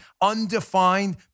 undefined